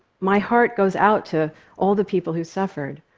my heart goes out to all the people who suffered.